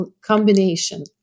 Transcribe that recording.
combination